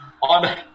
On